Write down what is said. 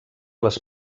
les